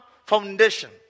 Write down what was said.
Foundation